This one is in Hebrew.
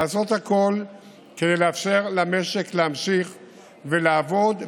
לעשות הכול כדי לאפשר למשק להמשיך ולעבוד,